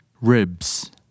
ribs